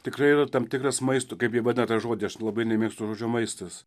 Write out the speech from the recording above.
tikrai yra tam tikras maisto kaip jie vadina tą žodį aš labai nemėgstu žodžio maistas